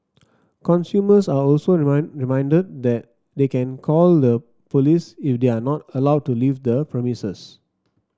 consumers are also remind reminded that they can call the police if they are not allowed to leave the premises